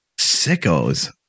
Sickos